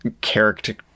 character